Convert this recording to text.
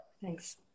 Thanks